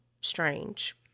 strange